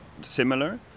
similar